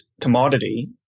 commodity